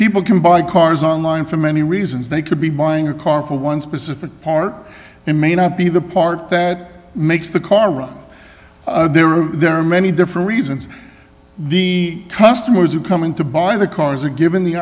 people can buy cars online for many reasons they could be buying a car for one specific part and may not be the part that makes the car run there or there are many different reasons the customers who come in to buy the cars are given the